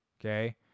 Okay